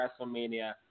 WrestleMania